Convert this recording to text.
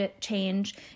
change